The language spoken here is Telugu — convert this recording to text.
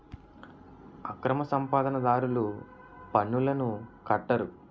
అక్రమ సంపాదన దారులు పన్నులను కట్టరు